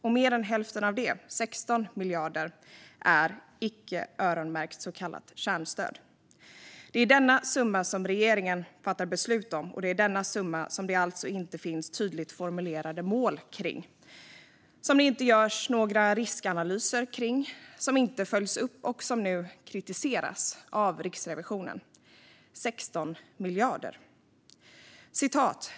Och mer än häften av det, 16 miljarder, är icke öronmärkt så kallat kärnstöd. Det är denna summa som regeringen fattar beslut om, och det är denna summa som det alltså inte finns tydligt formulerade mål om, som det inte görs några riskanalyser om, som inte följs upp och som nu kritiseras av Riksrevisionen. 16 miljarder!